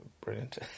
brilliant